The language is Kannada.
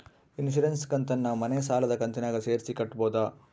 ಇನ್ಸುರೆನ್ಸ್ ಕಂತನ್ನ ಮನೆ ಸಾಲದ ಕಂತಿನಾಗ ಸೇರಿಸಿ ಕಟ್ಟಬೋದ?